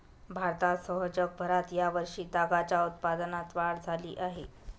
भारतासह जगभरात या वर्षी तागाच्या उत्पादनात वाढ झाली आहे